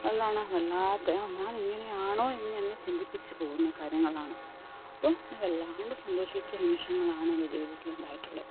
എന്താണ് വല്ലാത്ത ഞാൻ ഇങ്ങനെയാണോ എന്ന് എന്നെ ചിന്തിപ്പിച്ചു പോകുന്ന കാര്യങ്ങളാണ് അപ്പോൾ എന്നെ വല്ലാതെ സന്തോഷിച്ച നിമിഷങ്ങളാണ് എൻ്റെ ജീവിതത്തിലുണ്ടായിട്ടുള്ളത്